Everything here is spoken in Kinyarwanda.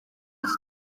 iki